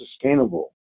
sustainable